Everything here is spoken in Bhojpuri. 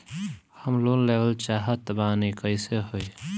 हम लोन लेवल चाह तानि कइसे होई?